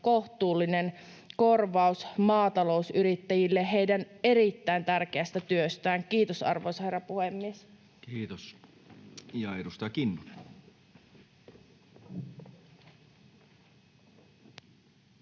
kohtuullinen korvaus maatalousyrittäjille heidän erittäin tärkeästä työstään. — Kiitos, arvoisa herra puhemies. Kiitos. — Ja edustaja Kinnunen.